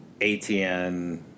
ATN